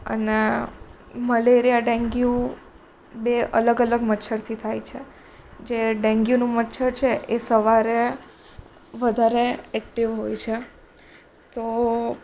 અને malaria dengue બે અલગ અલગ મચ્છરથી થાય છે જે ડેન્ગ્યુનું મચ્છર છે એ સવારે વધારે એક્ટિવ હોય છે તો